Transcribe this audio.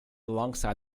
alongside